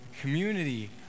Community